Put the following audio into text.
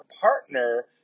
partner